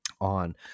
on